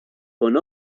con